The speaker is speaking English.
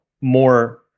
more